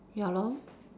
ya lor